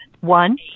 one